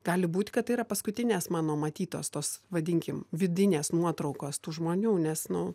gali būt kad tai yra paskutinės mano matytos tos vadinkim vidinės nuotraukos tų žmonių nes nu